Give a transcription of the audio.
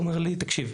הוא אמר לי, תקשיב,